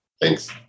Thanks